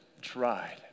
tried